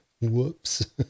whoops